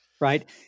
right